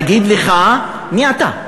אגיד לך מי אתה.